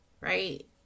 Right